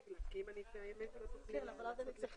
הצעה לתיקון החוק הזה של חברי הכנסת מיכאל מיכאלי ומשה אבוטבול.